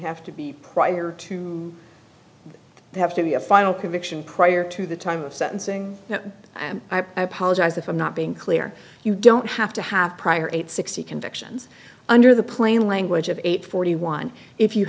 have to be prior to have to be a final conviction prior to the time of sentencing i apologize if i'm not being clear you don't have to have prior eight sixty convictions under the plain language of eight forty one if you